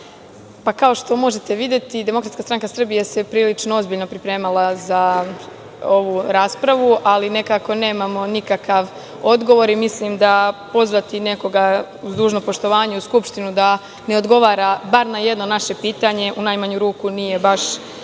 Hvala. Kao što možete videti, DSS se prilično ozbiljno pripremala za ovu raspravu, ali nekako nemamo nikakav odgovor. Mislim da pozvati nekoga, uz dužno poštovanje, u Skupštinu da ne odgovara bar na jedno naše pitanje, u najmanju ruku nije baš